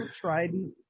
Trident